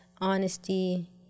honesty